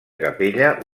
capella